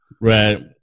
Right